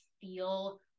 feel